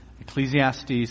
Ecclesiastes